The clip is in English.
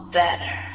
better